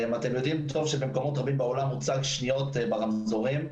אתם יודעים טוב שבמקומות בעולם מוצגות השניות ברמזורים,